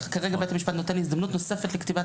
כרגע בית המשפט נותן הזדמנות נוספת לכתיבת